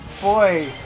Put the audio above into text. boy